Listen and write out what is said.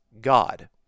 God